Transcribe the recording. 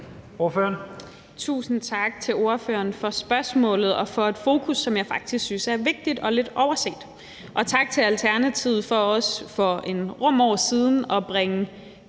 Tusind tak til spørgeren for spørgsmålet og for et fokus, som jeg faktisk synes er vigtigt og lidt overset. Og tak til Alternativet for også for en rum år siden at bringe